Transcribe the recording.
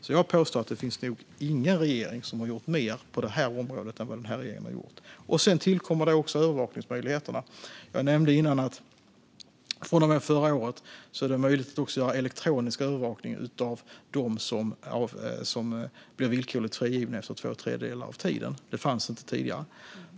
Jag vill påstå att det inte finns någon regering som har gjort mer på detta område än vår regering har gjort. Sedan tillkommer övervakningsmöjligheterna. Jag nämnde tidigare att det från och med förra året är möjligt att ha elektronisk övervakning av dem som blir villkorligt frigivna efter två tredjedelar av tiden. Det fanns inte tidigare.